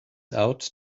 out